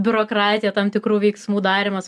biurokratija tam tikrų veiksmų darymas